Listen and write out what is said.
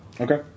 Okay